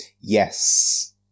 yes